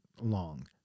long